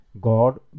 God